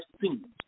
seen